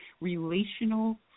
relational